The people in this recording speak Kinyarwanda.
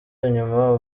inyuma